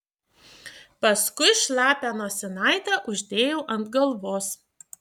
paskui šlapią nosinaitę uždėjau ant galvos